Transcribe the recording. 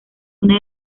una